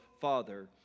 father